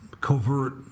covert